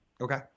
Okay